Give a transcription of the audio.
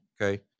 okay